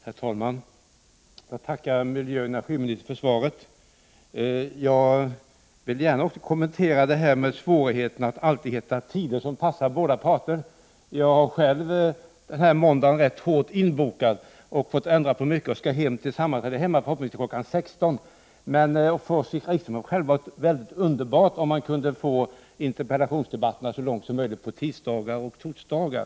Herr talman! Jag tackar miljöoch energiministern för svaret. Jag vill också gärna kommentera svårigheterna att hitta tidpunkter som passar både statsråd och ledamöter för frågeoch interpellationsdebatter. Jag är själv denna måndag hårt inbokad och har fått ändra på mycket, och jag skall ha sammanträde igen på hemorten kl. 16.00. Det vore därför bra om interpellationsdebatterna så ofta som möjligt kunde förläggas till tisdagar och torsdagar.